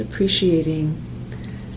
appreciating